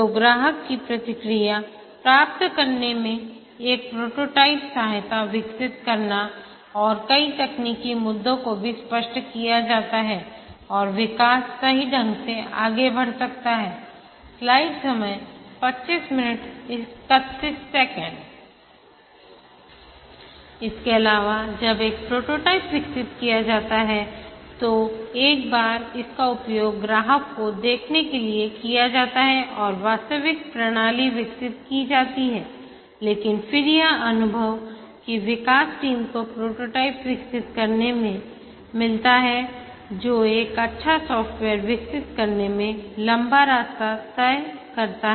तो ग्राहक की प्रतिक्रिया प्राप्त करने में एक प्रोटोटाइप सहायता विकसित करना और कई तकनीकी मुद्दों को भी स्पष्ट किया जाता है और विकास सही ढंग से आगे बढ़ सकता है इसके अलावा जब एक प्रोटोटाइप विकसित किया जाता है तो एक बार इसका उपयोग ग्राहक को दिखाने के लिए किया जाता है और वास्तविक प्रणाली विकसित की जाती है लेकिन फिर यह अनुभव कि विकास टीम को प्रोटोटाइप विकसित करने में मिलता है जो एक अच्छा सॉफ्टवेयर विकसित करने में लंबा रास्ता तय करता है